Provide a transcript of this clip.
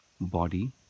body